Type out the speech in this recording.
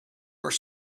more